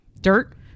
dirt